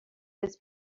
this